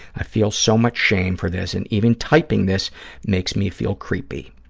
i feel so much shame for this and even typing this makes me feel creepy.